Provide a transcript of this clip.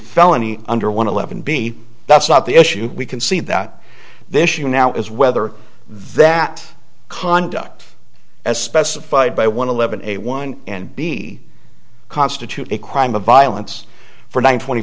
felony under one eleven b that's not the issue we can see that this issue now is whether that conduct as specified by one eleven a one and b constitute a crime of violence for one twenty